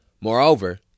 Moreover